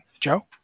Joe